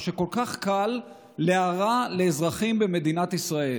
או שכל כך קל להרע לאזרחים במדינת ישראל?